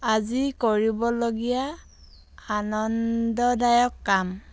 আজি কৰিবলগীয়া আনন্দদায়ক কাম